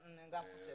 גם אני חושבת.